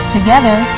Together